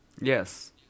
Yes